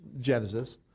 Genesis